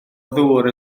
ddŵr